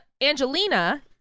Angelina